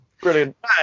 Brilliant